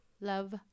love